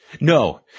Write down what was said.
No